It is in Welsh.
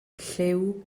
llyw